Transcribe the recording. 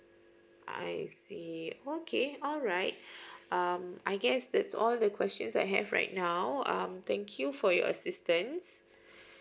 I see okay alright um I guess that's all the questions I have right now um thank you for your assistance